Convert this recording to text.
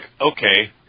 okay